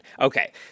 Okay